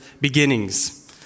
beginnings